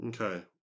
Okay